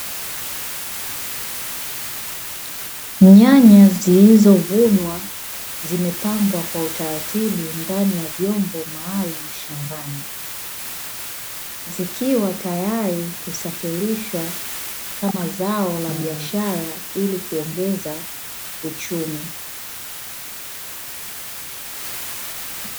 Nyanya zilizovunwa zimepangwa kwa utaratibu ndani ya vyombo maalum shambani, zikiwa tayari kusafirishwa kama zao la biashara ili kuongeza uchumi.